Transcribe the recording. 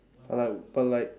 but like but like